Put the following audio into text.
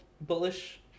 bullish